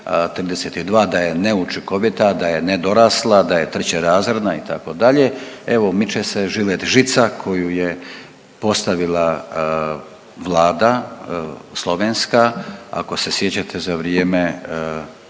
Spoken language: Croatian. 32 da je neučinkovita, da je nedorasla, da je trećerazredna itd., evo miče se žilet žica koju je postavila vlada slovenska ako se sjećate za vrijeme